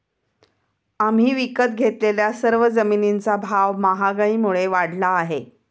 आम्ही विकत घेतलेल्या सर्व जमिनींचा भाव महागाईमुळे वाढला आहे